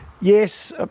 Yes